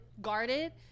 Guarded